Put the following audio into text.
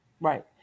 Right